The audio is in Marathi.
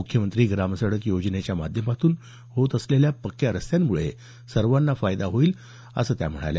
मुख्यमंत्री ग्रामसडक योजनेच्या माध्यमातून होणाऱ्या पक्क्या रस्त्यांमुळे सर्वांना फायदा होईल असं मुंडे यावेळी म्हणाल्या